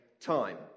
time